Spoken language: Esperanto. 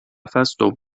festo